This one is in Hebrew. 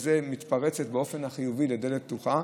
ובזה את מתפרצת באופן חיובי לדלת פתוחה,